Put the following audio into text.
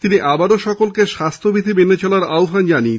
তিনি আবারও সকলকে স্বাস্হ্যবিধি মেনে চলার আবেদন জানিয়েছেন